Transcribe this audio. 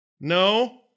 No